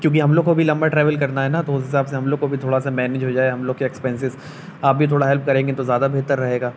کیونکہ ہم لوگ کو ابھی لمبا ٹریول کرنا ہے نہ تو اس حساب سے ہم لوگ کو بھی تھوڑا سا مینیج ہو جائے ہم لوگ کے ایکسپینسز آپ بھی تھوڑا ہیلپ کریں گے تو زیادہ بہتر رہے گا